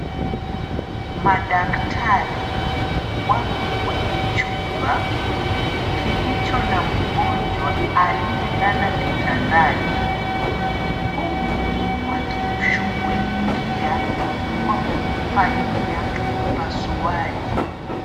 Madaktari wapo kwenye chumba kilicho na mgonjwa aliyelala kitandani huku wakimshughulikia kwa kumfanyia upasuaji.